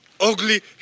ugly